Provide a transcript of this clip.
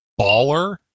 baller